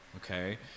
okay